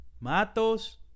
Matos